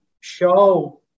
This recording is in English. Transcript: show